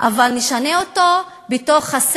אבל נשנה אותו בספר,